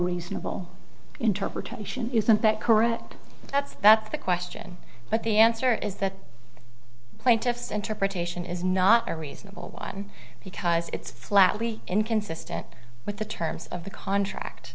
reasonable interpretation isn't that correct that's that's the question but the answer is that plaintiff's interpretation is not a reasonable one because it's flatly inconsistent with the terms of the contract